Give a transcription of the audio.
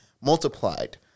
multiplied